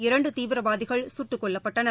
இரண்டுதீவிரவாதிகள் கட்டுக் கொல்லப்பட்டனர்